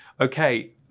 Okay